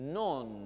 non